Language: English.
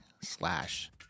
slash